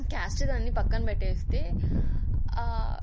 caste ఇది అన్నీ పక్కన పెట్టేస్తే